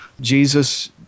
Jesus